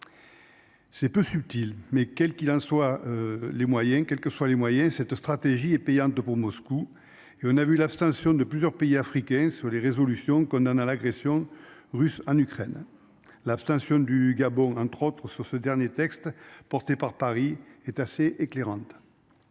qu'il en soit, les moyens, quelles que soient les moyens. Cette stratégie est payante pour Moscou et on a vu l'abstention, de plusieurs pays africains sur les résolutions condamnant l'agression russe en Ukraine. L'abstention du Gabon entre autre sur ce dernier texte porté par Paris est assez éclairante.